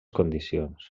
condicions